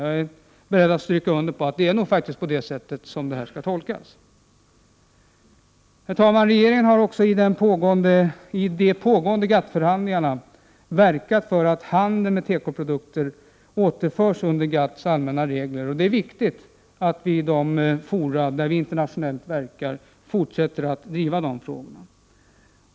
Jag är beredd att skriva under på att det är på det sättet propositionen skall tolkas. Herr talman! Regeringen har också i de pågående GATT-förhandlingarna verkat för att handeln med tekoprodukter återförs under GATT:s allmänna regler. Det är viktigt att vi i de fora där vi internationellt verkar fortsätter att driva de frågorna.